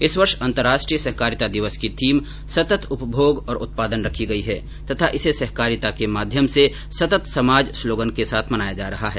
इस वर्ष अंतर्राष्ट्रीय सहकारिता दिवस की थीम सतत् उपभोग एवं उत्पादन रखी गई है तथा इसे सहकारिता के माध्यम से सतत् समाज स्लोगन के साथ मनाया जा रहा है